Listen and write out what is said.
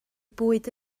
bwyd